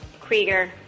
Krieger